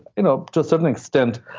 you know, to a certain extent,